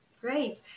Great